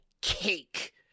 cake